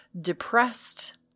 depressed